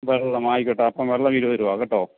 വെള്ളം ആയിക്കോട്ടെ അപ്പം വെള്ളം ഇരുപത് രൂപ കേട്ടോ